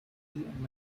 and